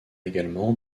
également